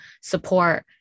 support